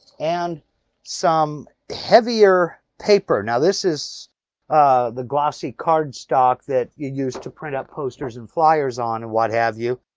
and some heavier paper. and this is ah the glossy card stock that you use to print out posters, and flyers, and what have you.